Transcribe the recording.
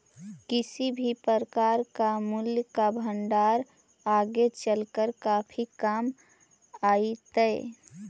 किसी भी प्रकार का मूल्य का भंडार आगे चलकर काफी काम आईतई